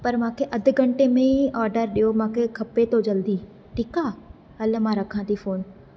पर मूंखे अधु घंटे में ई आर्डर ॾियो मूंखे खपे थो जल्दी ठीकु आहे हलु मां रखां थी फोन